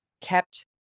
kept